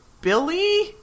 billy